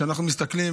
כשאנחנו מסתכלים,